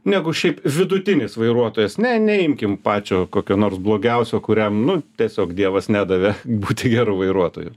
negu šiaip vidutinis vairuotojas ne neimkim pačio kokio nors blogiausio kuriam nu tiesiog dievas nedavė būti geru vairuotoju